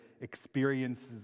experiences